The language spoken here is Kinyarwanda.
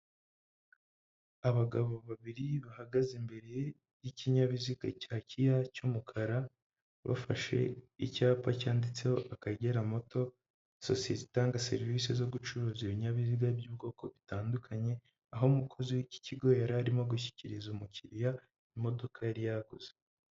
Abagabo babiri bahagaze imbere y'ikinyabiziga cya kiya cy'umukara bafashe icyapa cyanditseho Akagera moto, sosiyete itanga serivisi zo gucuruza ibinyabiziga by'ubwoko bitandukanye, aho umukozi w'iki kigo yari arimo gushyikiriza umukiriya imodoka yari yaguze.